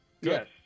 Yes